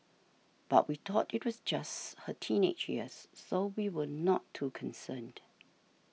but we thought it was just her teenage years so we were not too concerned